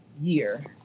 year